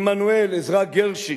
עמנואל, עזרא גרשי.